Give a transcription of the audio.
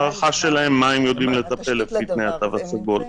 הערכה שלהם במה הם יודעים לטפל לפי תנאי התו הסגול.